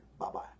Bye-bye